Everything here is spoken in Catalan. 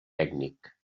tècnic